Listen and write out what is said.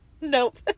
Nope